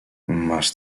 masz